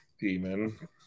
demon